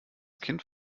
kind